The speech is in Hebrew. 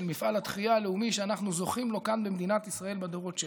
של מפעל התחייה הלאומי שאנחנו זוכים לו כאן במדינת ישראל בדורות שלנו.